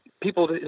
people